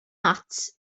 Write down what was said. ots